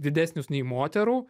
didesnis nei moterų